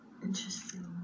interesting